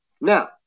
Now